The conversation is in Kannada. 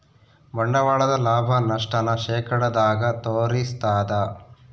ಬಂಡವಾಳದ ಲಾಭ, ನಷ್ಟ ನ ಶೇಕಡದಾಗ ತೋರಿಸ್ತಾದ